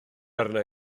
arna